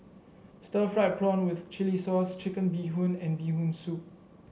Stir Fried Prawn with Chili Sauce Chicken Bee Hoon and Bee Hoon Soup